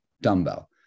dumbbell